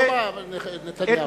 לא נתניהו.